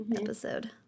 episode